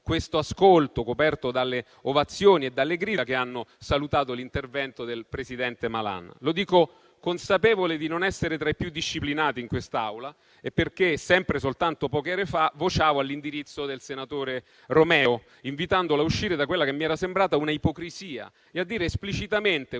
questo ascolto, coperto dalle ovazioni e dalle grida che hanno salutato l'intervento del presidente Malan. Lo dico consapevole di non essere tra i più disciplinati in quest'Aula e perché, sempre soltanto poche ore fa, vociavo all'indirizzo del senatore Romeo, invitandolo a uscire da quella che mi era sembrata un'ipocrisia e a dire esplicitamente,